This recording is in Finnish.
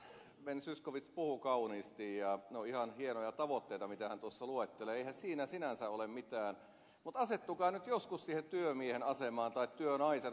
ben zyskowicz puhuu kauniisti ja ne ovat ihan hienoja tavoitteita mitä hän tuossa luettelee eihän siinä sinänsä ole mitään mutta asettukaa nyt joskus siihen työmiehen asemaan tai työnaisen asemaan